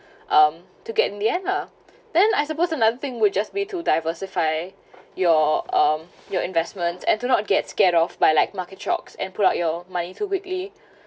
um to get in the end lah then I suppose another thing would just made to diversify your um your investments and do not get scared off by like market shocks and pull out your money too quickly